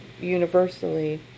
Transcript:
universally